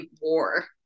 war